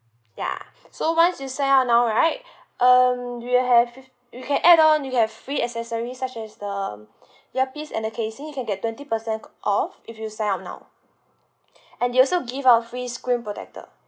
yeah so once you sign up now right um you have fif~ you can add on we have free accessories such as the earpiece and the casing you can get twenty percent off if you sign up now and we also give a free screen protector